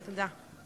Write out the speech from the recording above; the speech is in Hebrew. תודה.